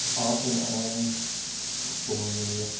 off and on for,